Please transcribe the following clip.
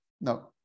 No